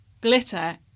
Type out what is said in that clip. glitter